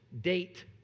date